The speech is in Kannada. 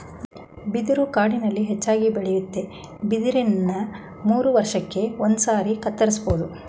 ಬಿದಿರು ಕಾಡಿನಲ್ಲಿ ಹೆಚ್ಚಾಗಿ ಬೆಳೆಯುತ್ವೆ ಬಿದಿರನ್ನ ಮೂರುವರ್ಷಕ್ಕೆ ಒಂದ್ಸಾರಿ ಕತ್ತರಿಸ್ಬೋದು